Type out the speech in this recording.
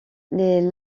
les